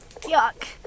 Yuck